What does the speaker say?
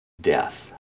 death